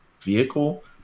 vehicle